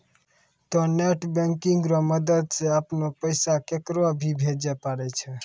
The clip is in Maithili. तोंय नेट बैंकिंग रो मदद से अपनो पैसा केकरो भी भेजै पारै छहो